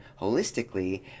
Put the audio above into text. holistically